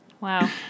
Wow